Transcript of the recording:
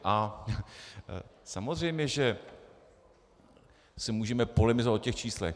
A samozřejmě že můžeme polemizovat o těch číslech.